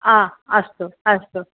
हा अस्तु अस्तु